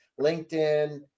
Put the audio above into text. LinkedIn